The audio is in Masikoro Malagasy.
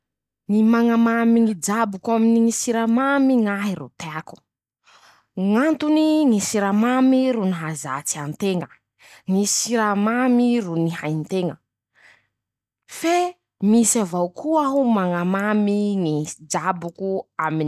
Ñy mañamamy ñy jaboko aminy ñy siramamy ñ'ahy ro teako; ñ'antony: -ñy siramamy ro nahazatsy an-teña. ñy siramamy ro nihainteña. fe misy avao koa aho mañamamy ñy jaboko aminy ñy.